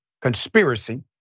conspiracy